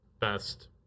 best